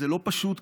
זה לא פשוט,